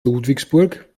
ludwigsburg